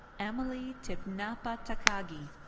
emily thipnapha takagi.